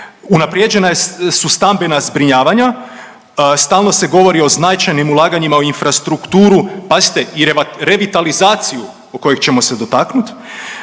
unaprijeđena je, su stambena zbrinjavanja, stalno se govori o značajnim ulaganjima u infrastrukturu, pazite, i revitalizaciju o kojeg ćemo se dotaknuti,